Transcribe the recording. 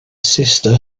sister